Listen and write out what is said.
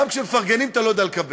גם כשמפרגנים אתה לא יודע לקבל.